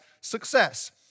success